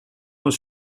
was